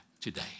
today